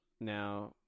now